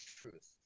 truth